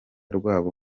rwabo